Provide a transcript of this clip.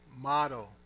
model